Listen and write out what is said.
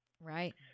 Right